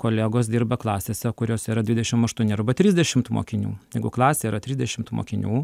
kolegos dirba klasėse kuriose yra dvidešim aštuoni arba trisdešimt mokinių jeigu klasėj yra trisdešimt mokinių